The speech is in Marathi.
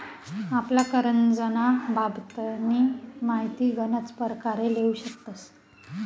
आपला करजंना बाबतनी माहिती गनच परकारे लेवू शकतस